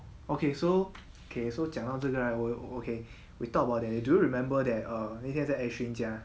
okay so okay so 讲到这个 right 我 okay we talk about that do you remember that err 那天在 ashley 家